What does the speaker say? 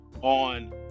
on